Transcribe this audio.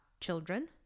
children